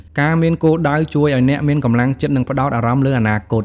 ការមានគោលដៅជួយឲ្យអ្នកមានកម្លាំងចិត្ត និងផ្តោតអារម្មណ៍លើអនាគត។